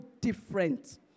different